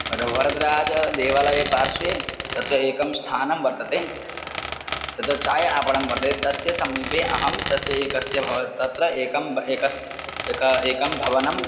रौहद्राजदेवालयपार्श्वे तत्र एकं स्थानं वर्तते तत्र चायम् आपणं वर्तते तस्य समीपे अहं तस्य एकस्य भव तत्र एकं ब एकस् एक एकं भवनम्